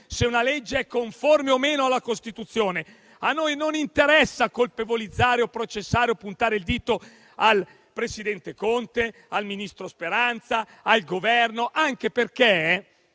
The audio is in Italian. se una legge è conforme o meno alla Costituzione. A noi non interessa colpevolizzare, processare o puntare il dito al presidente Conte, al ministro Speranza, al Governo, anche perché